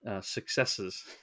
successes